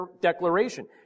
declaration